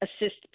assist